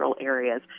areas